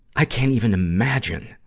i can't even imagine,